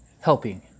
helping